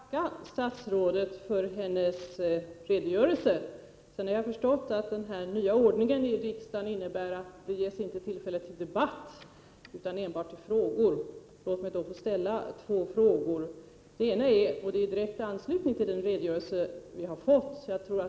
Herr talman! Jag vill först tacka statsrådet för hennes redogörelse. Jag har förstått att den nya ordningen i riksdagen innebär att det inte ges tillfälle till debatt utan endast till kompletterande frågor, då ett statsråd lämnar ett meddelande av detta slag.